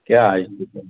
क्या है ये सब